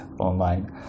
online